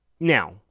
Now